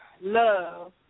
love